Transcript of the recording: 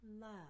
love